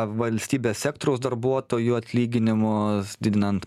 valstybės sektoriaus darbuotojų atlyginimus didinant